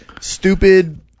stupid